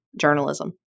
journalism